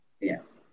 Yes